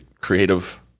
creative